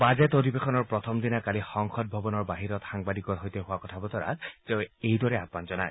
budget অধিবেশনৰ প্ৰথম দিনা কালি সংসদ ভৱনৰ বাহিৰত সাংবাদিকৰ সৈতে হোৱা কথা বতৰাত তেওঁ এইদৰে কয়